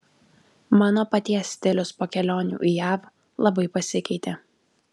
mano paties stilius po kelionių į jav labai pasikeitė